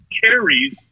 carries